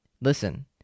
listen